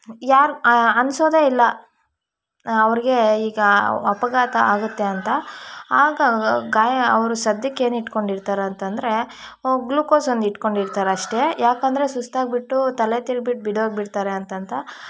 ಯಾರು ಅನ್ನಿಸೋದೇ ಇಲ್ಲ ಅವರಿಗೆ ಈಗ ಅಪಘಾತ ಆಗುತ್ತೆ ಅಂತ ಆಗ ಗಾಯ ಅವರು ಸದ್ಯಕ್ಕೆ ಏನು ಇಟ್ಕೊಂಡಿರ್ತಾರಂತಂದರೆ ಗ್ಲುಕೋಸ್ ಒಂದು ಇಟ್ಕೊಂಡಿರ್ತಾರೆ ಅಷ್ಟೇ ಏಕೆಂದರೆ ಸುಸ್ತಾಗಿ ಬಿಟ್ಟು ತಲೆ ತಿರ್ಗಿಬಿಟ್ಟು ಬಿದ್ದೋಗ್ಬಿಡ್ತಾರೆ ಅಂತ ಅಂತ